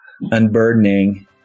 unburdening